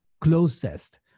closest